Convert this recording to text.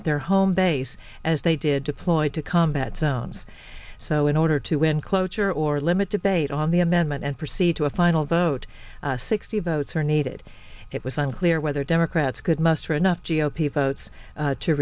at their home base as they did deployed to combat zones so in order to win cloture or limit debate on the amendment and proceed to a final vote sixty votes are needed it was unclear whether democrats could muster enough g o p votes to